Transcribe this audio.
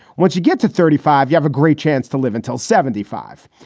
once you get to thirty five, you have a great chance to live until seventy five.